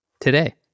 Today